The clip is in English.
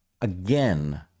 again